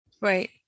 Right